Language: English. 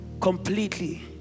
completely